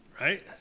Right